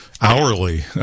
hourly